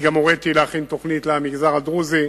אני גם הוריתי להכין תוכנית למגזר הדרוזי